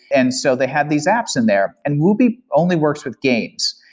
and so they had these apps in there, and woobi only works with games.